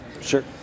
sure